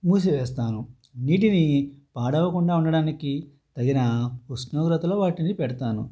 మూసివేస్తాను నీటిని పాడవకుండా ఉండడానికి తగిన ఉష్ణోగ్రతలో వాటిని పెడతాను